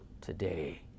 today